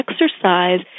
Exercise